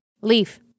Leaf